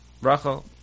Rachel